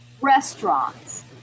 Restaurants